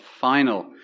final